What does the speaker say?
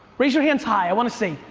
raise your hands high. i wanna see.